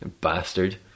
Bastard